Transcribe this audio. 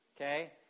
okay